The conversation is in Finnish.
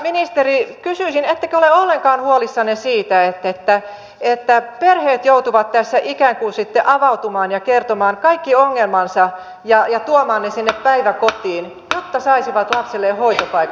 ettekö ole ollenkaan huolissanne siitä että perheet joutuvat tässä ikään kuin sitten avautumaan ja kertomaan kaikki ongelmansa ja tuomaan ne sinne päiväkotiin jotta saisivat lapselle hoitopaikan